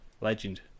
Legend